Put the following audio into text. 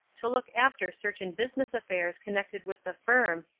to look after certain business affairs connected with the firm,